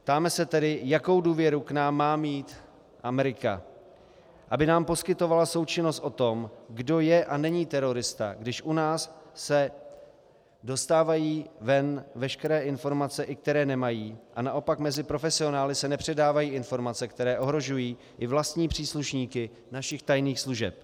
Ptáme se tedy, jakou důvěru k nám má mít Amerika, aby nám poskytovala součinnost o tom, kdo je a není terorista, když u nás se dostávají ven veškeré informace, i které nemají, a naopak mezi profesionály se nepředávají informace, které ohrožují i vlastní příslušníky našich tajných služeb.